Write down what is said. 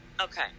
okay